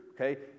Okay